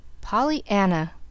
Pollyanna